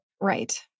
Right